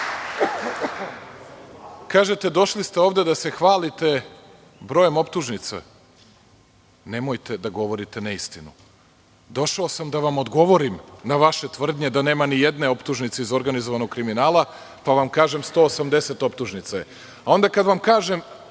Srbiju. Kažete, došli ste ovde da se hvalite brojem optužnica. Nemojte da govorite neistinu. Došao sam da vam odgovorim na vaše tvrdnje da nema nije jedne otpužnice iz organizovanog kriminala, pa vam kažem 180 optužnica. A onda kad vam kažem